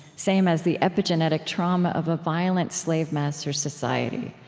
same as the epigenetic trauma of a violent slave-master society.